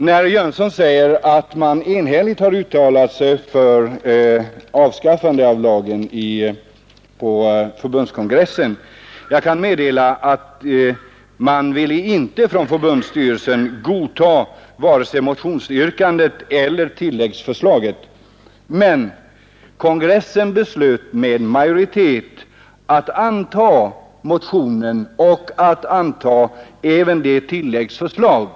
Med anledning av att herr Jönsson i Arlöv säger att man på förbundskongressen enhälligt uttalade sig för avskaffande av lagen kan jag meddela att förbundsstyrelsen inte ville godta vare sig motionsyrkandet eller tilläggsförslaget men att kongressen efter omröstning antog motionen och även tilläggsförslaget.